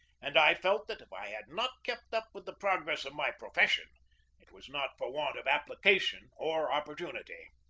and i felt that if i had not kept up with the progress of my profession it was not for want of application or opportunity.